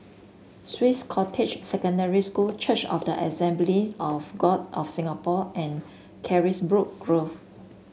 Swiss Cottage Secondary School Church of the Assemblies of God of Singapore and Carisbrooke Grove